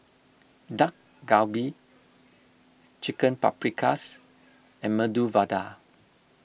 Dak Galbi Chicken Paprikas and Medu Vada